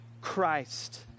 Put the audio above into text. Christ